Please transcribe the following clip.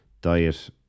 diet